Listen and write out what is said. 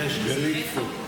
יש, גלית פה.